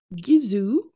Gizu